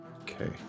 Okay